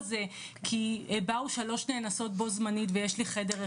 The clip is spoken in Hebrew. זה כי באו שלוש נאנסות בו זמנית ויש לי חדר אחד".